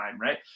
right